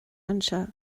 anseo